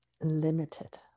limited